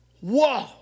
Whoa